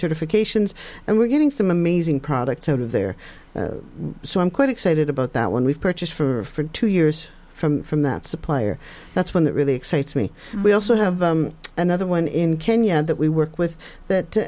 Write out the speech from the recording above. certifications and we're getting some amazing products out of there so i'm quite excited about that when we've purchased for two years from from that supplier that's one that really excites me we also have another one in kenya that we work with that